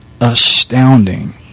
astounding